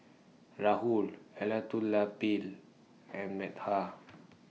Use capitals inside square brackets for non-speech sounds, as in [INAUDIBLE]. Rahul [UNINTELLIGIBLE] and Medha